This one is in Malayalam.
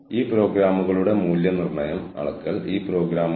ഇത് പൂർണ്ണമായ വിശദാംശമല്ല